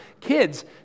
Kids